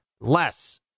less